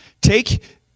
Take